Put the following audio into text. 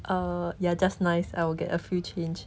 uh ya just nice I will get a few change